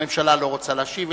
הממשלה לא רוצה להשיב ולהתייחס.